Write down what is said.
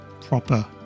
proper